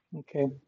okay